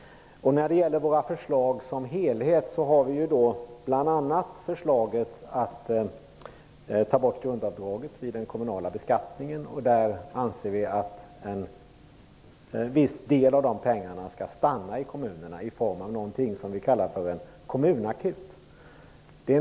När det gäller våra förslag som helhet har vi bl.a. ett förslag om att ta bort grundavdraget vid den kommunala beskattningen. Där anser vi att en viss del av dessa pengar skall stanna i kommunerna i form av något som vi kallar för en kommunakut.